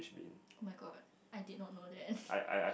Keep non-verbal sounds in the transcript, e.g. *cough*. oh-my-god I did not know that *breath*